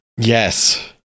yes